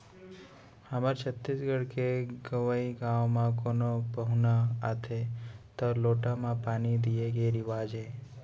हमर छत्तीसगढ़ के गँवइ गाँव म कोनो पहुना आथें तौ लोटा म पानी दिये के रिवाज हे